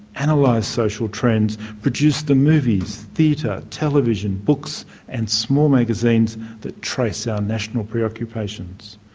and like social trends, produce the movies, theatre, television, books and small magazines that trace our national preoccupations.